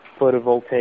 photovoltaic